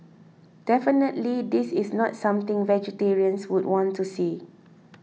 definitely this is not something vegetarians would want to see